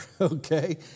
okay